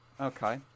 Okay